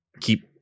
keep